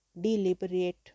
deliberate